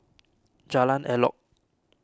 Jalan Elok